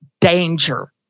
danger